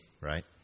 right